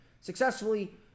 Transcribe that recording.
successfully